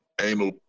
anal